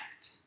act